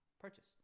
purchase